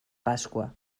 pasqua